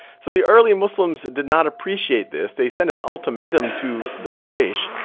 so the early and muslims did not appreciate this. they send an ultimatum to the quraysh.